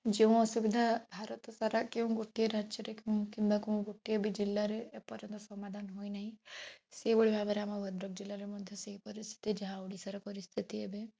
ଯେଉଁ ଅସୁବିଧା ଭାରତସାରା କେଉଁ ଗୋଟିଏ ରାଜ୍ୟରେ କିମ୍ବା କେଉଁ ଗୋଟିଏ ବି ଜିଲ୍ଲାରେ ଏ ପର୍ଯ୍ୟନ୍ତ ସମାଧାନ ହୋଇନାହିଁ ସେହିଭଳି ଭାବରେ ଆମ ଭଦ୍ରକ ଜିଲ୍ଲାରେ ମଧ୍ୟ ସେହି ପରିସ୍ଥିତି ଯାହା ଓଡ଼ିଶାର ପରିସ୍ଥିତି ଏବେ